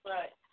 Right